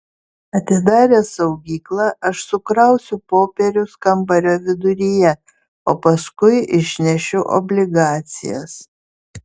atidaręs saugyklą aš sukrausiu popierius kambario viduryje o paskui išnešiu obligacijas